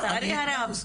לצערי הרב.